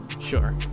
Sure